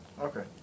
Okay